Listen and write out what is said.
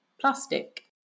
plastic